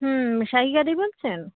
হুম সারিকা দি বলছেন